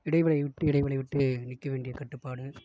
இடைவேளை விட்டு இடைவேளை விட்டு நிற்க வேண்டியக் கட்டுப்பாடு